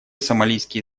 сомалийские